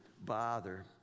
bother